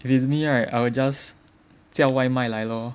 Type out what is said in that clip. if it's me right I will just 叫外卖来 lor